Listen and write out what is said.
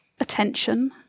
attention